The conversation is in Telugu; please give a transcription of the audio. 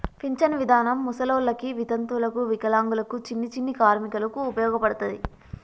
పింఛన్ విధానం ముసలోళ్ళకి వితంతువులకు వికలాంగులకు చిన్ని చిన్ని కార్మికులకు ఉపయోగపడతది